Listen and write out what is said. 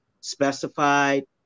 specified